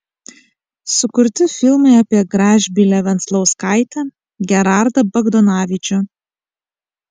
sukurti filmai apie gražbylę venclauskaitę gerardą bagdonavičių